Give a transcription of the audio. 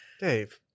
Dave